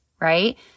right